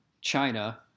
China